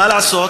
מה לעשות,